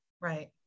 Right